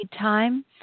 time